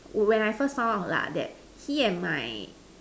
when I first found out lah that he and my